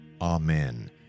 Amen